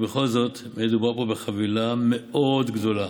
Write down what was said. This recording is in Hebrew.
ובכל זאת, מדובר פה בחבילה מאוד גדולה